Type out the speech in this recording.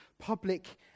public